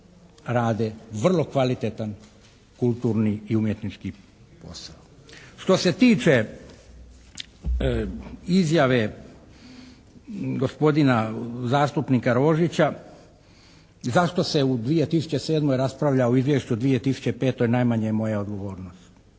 rade vrlo kvalitetan kulturni i umjetnički posao. Što se tiče izjave gospodina zastupnika Rožića, zašto se u 2007. raspravlja o izvješću od 2005. najmanje je moja odgovornost.